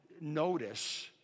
notice